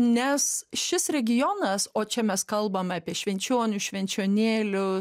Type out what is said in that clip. nes šis regionas o čia mes kalbame apie švenčionių švenčionėlių